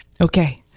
Okay